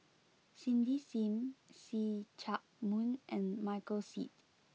Cindy Sim See Chak Mun and Michael Seet